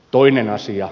toinen asia